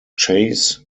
chase